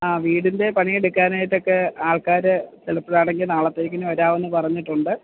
ആ വീടിൻറ്റെ പണിയെടുക്കാനായിട്ടൊക്കെ ആൾക്കാര് ചിലപ്പോഴാണെങ്കില് നാളത്തേക്ക് വരാമെന്ന് പറഞ്ഞിട്ടുണ്ട്